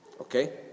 Okay